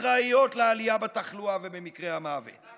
אחראיות לעלייה בתחלואה ובמקרי המוות, אתה